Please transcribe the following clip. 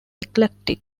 eclectic